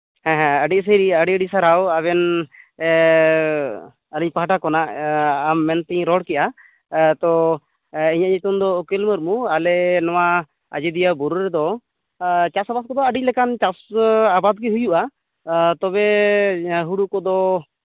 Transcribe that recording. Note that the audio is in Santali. ᱦᱮᱸ ᱦᱮᱸ ᱟᱹᱰᱤ ᱟᱹᱰᱤ ᱥᱟᱹᱨᱤ ᱟᱹᱰᱤ ᱟᱹᱰᱤ ᱥᱟᱨᱦᱟᱣ ᱟᱵᱮᱱ ᱟᱹᱞᱤᱧ ᱯᱟᱦᱴᱟ ᱠᱷᱚᱱᱟᱜ ᱟᱢ ᱢᱮᱱᱛᱤᱧ ᱨᱚᱲ ᱠᱮᱫᱼᱟ ᱮᱸ ᱛᱳ ᱤᱧᱟᱹᱜ ᱧᱩᱛᱩᱢ ᱫᱚ ᱩᱠᱤᱞ ᱢᱩᱨᱢᱩ ᱟᱞᱮ ᱱᱚᱣᱟ ᱟᱡᱳᱫᱤᱭᱟᱹ ᱵᱩᱨᱩ ᱨᱮᱫᱚ ᱪᱟᱥᱼᱟᱵᱟᱫ ᱠᱚᱫᱚ ᱟᱹᱰᱤ ᱞᱮᱠᱟᱱ ᱪᱟᱥ ᱟᱵᱟᱫ ᱜᱮ ᱦᱩᱭᱩᱜᱼᱟ ᱛᱚᱵᱮ ᱦᱩᱲᱩ ᱠᱚᱫᱚ